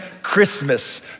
Christmas